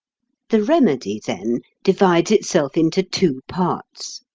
the remedy, then, divides itself into two parts,